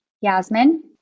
Yasmin